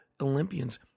Olympians